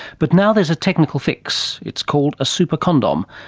but now there's a technical fix, it's called a super-condom.